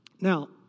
Now